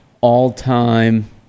all-time